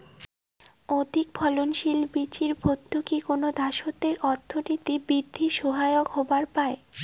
অধিকফলনশীল বীচির ভর্তুকি কুনো দ্যাশের অর্থনীতি বিদ্ধির সহায়ক হবার পায়